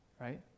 right